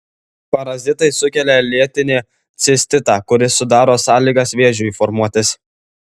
parazitai sukelia lėtinį cistitą kuris sudaro sąlygas vėžiui formuotis